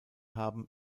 haben